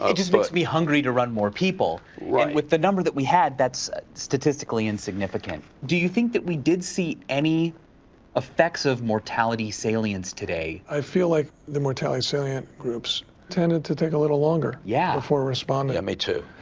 ah just makes me hungry to run more people. and with the number that we had, that's statistically insignificant. do you think that we did see any effects of mortality salience today? i feel like the mortality salient groups tended to take a little longer yeah before responding yeah me, too.